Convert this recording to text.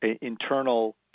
internal